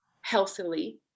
healthily